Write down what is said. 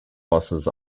buses